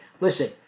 Listen